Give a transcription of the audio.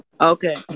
Okay